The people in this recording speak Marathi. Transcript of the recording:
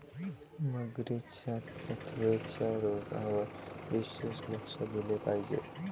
मगरींच्या त्वचेच्या रोगांवर विशेष लक्ष दिले पाहिजे